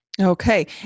Okay